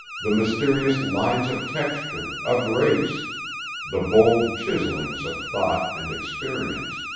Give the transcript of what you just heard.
the mysterious lines of texture, of race the bold chiselings of thought and experience.